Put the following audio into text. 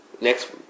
Next